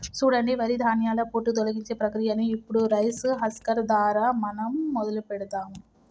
సూడండి వరి ధాన్యాల పొట్టు తొలగించే ప్రక్రియను ఇప్పుడు రైస్ హస్కర్ దారా మనం మొదలు పెడదాము